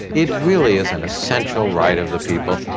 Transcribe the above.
it really is an essential right of the people.